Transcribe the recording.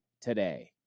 today